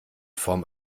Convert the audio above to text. form